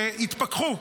שיתפכחו,